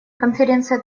конференция